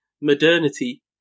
modernity